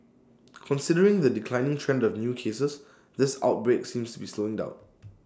considering the declining trend of new cases this outbreak seems to be slowing down